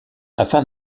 afin